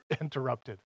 interrupted